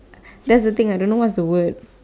that's the thing I don't know what's the word